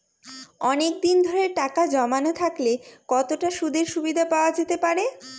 অনেকদিন ধরে টাকা জমানো থাকলে কতটা সুদের সুবিধে পাওয়া যেতে পারে?